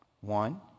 One